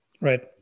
Right